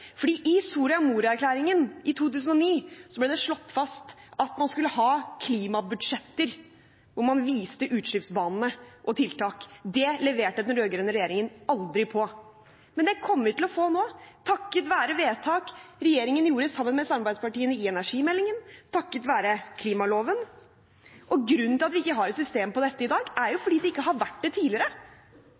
i Soria Moria-erklæringen fra 2009 ble det slått fast at man skulle ha klimabudsjetter, og man viste til utslippsbanene og tiltak. Det leverte den rød-grønne regjeringen aldri på. Men det kommer vi til å få nå, takket være vedtak regjeringen gjorde sammen med samarbeidspartiene i energimeldingen, takket være klimaloven. Grunnen til at vi ikke har et system på dette i dag, er at det ikke har vært det tidligere.